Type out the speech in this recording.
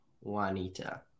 Juanita